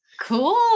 Cool